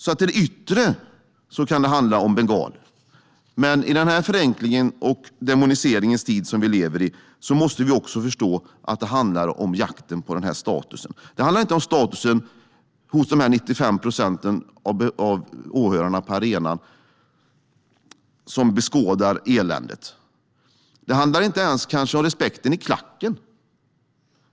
Till det yttre kan det handla om bengaler. Men i den förenklingens och demoniseringens tid vi lever i måste vi också förstå att det handlar om jakten på statusen. Det handlar inte om statusen hos de 95 procent av besökarna på arenan som beskådar eländet. Det handlar kanske inte ens om respekten i klacken.